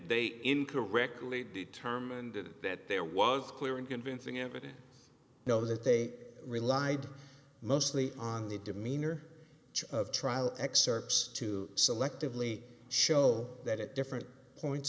they incorrectly determined that there was clear and convincing evidence now that they relied mostly on the demeanor of trial excerpts to selectively show that at different points